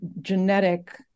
genetic